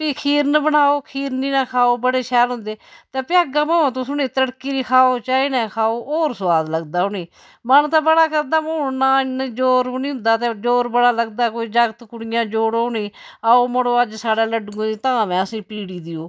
फ्ही खीरन बनाओ खीरन खाओ बड़े शैल होंदे ते फ्ही अग्गे भामें तुस उनेंगी तड़कियै खाओ चाही ने खाओ होर सुआद लगदा उनेंई मन ते बड़ा करदा हून ना इन्ना जोर बी उंदा ते जोर बड़ा लगदा कोई जागत कुड़ियां जोड़ो नी आओ मड़ो अज्ज साढ़ै लड्डूयें दी धाम ऐ असेंई पीड़ी देओ